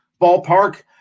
ballpark